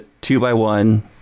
two-by-one